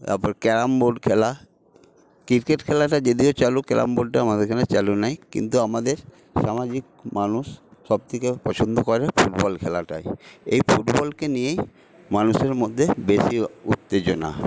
তারপর carrom board খেলা cricket খেলাটা এদিকে চালু ক্যারাম বোর্ডটা আমাদের এখানে চালু নেই কিন্তু আমাদের সামাজিক মানুষ সব থেকে পছন্দ করে ফুটবল খেলাটাই এই ফুটবলকে নিয়েই মানুষের মধ্যে বেশি উত্তেজনা